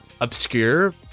obscure